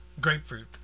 grapefruit